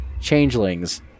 changelings